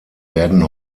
werden